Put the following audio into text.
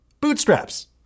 Bootstraps